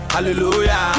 Hallelujah